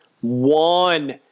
one